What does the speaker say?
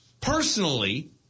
personally